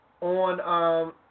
on